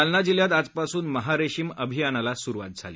जालना जिल्ह्यात आजपासून महा रेशीम अभियानाला सुरुवात झाली